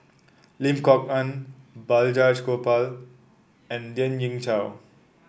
Lim Kok Ann Balraj Gopal and Lien Ying Chow